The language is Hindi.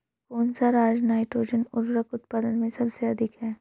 कौन सा राज नाइट्रोजन उर्वरक उत्पादन में सबसे अधिक है?